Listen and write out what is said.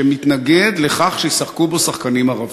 שמתנגד לכך שישחקו בו שחקנים ערבים.